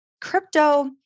crypto